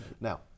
Now